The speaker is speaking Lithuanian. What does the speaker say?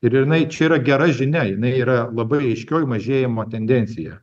ir jinai čia yra gera žinia jinai yra labai aiškioj mažėjimo tendencija